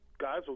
guys